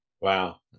Wow